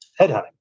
headhunting